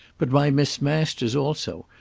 but by miss masters also,